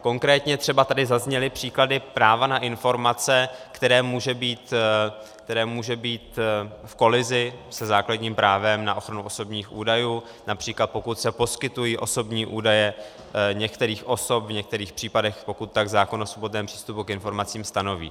Konkrétně třeba tady zazněly příklady práva na informace, které může být v kolizi se základním právem na ochranu osobních údajů, například pokud se poskytují osobní údaje některých osob v některých případech, pokud tak zákon o svobodném přístupu k informacím stanoví.